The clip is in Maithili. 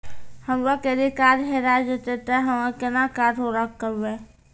हमरो क्रेडिट कार्ड हेरा जेतै ते हम्मय केना कार्ड ब्लॉक करबै?